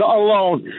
alone